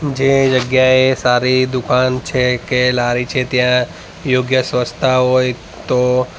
જે જગ્યાએ સારી દુકાન છે કે લારી છે ત્યાં યોગ્ય સ્વચ્છતા હોય તો